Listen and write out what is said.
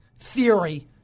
theory